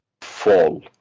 fall